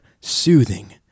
soothing